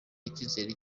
icyizere